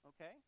okay